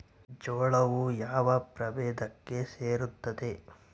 ಜೋಳವು ಯಾವ ಪ್ರಭೇದಕ್ಕೆ ಸೇರುತ್ತದೆ?